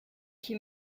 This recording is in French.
qui